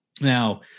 Now